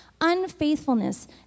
Unfaithfulness